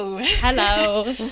Hello